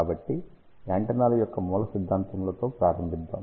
కాబట్టి యాంటెన్నాల యొక్క మూలసిద్దాంతములతో ప్రారంభిద్దాం